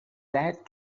that